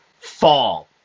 fall